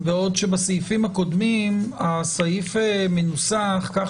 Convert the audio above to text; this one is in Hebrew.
בעוד שבסעיפים הקודמים הסעיף מנוסח כך